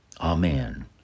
Amen